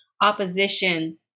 opposition